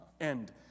end